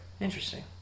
Interesting